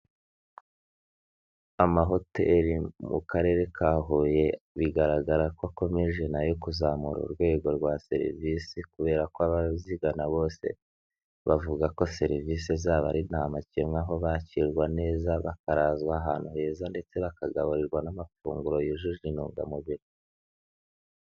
Amahoteri mu karere ka Huye bigaragara ko akomeje nayo kuzamura urwego rwa serivisi kubera ko abazigana bose bavuga ko serivisi zabo ari ntamakemwa, aho bakirwa neza, bakarazwa ahantu heza ndetse bakagaburirwa n'amafunguro yujuje intungamubiri.